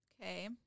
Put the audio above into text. Okay